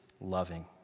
loving